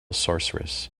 sorceress